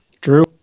Drew